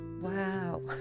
Wow